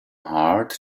heart